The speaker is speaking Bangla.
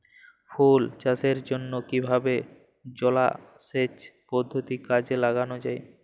ফুল চাষের জন্য কিভাবে জলাসেচ পদ্ধতি কাজে লাগানো যাই?